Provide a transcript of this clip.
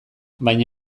baina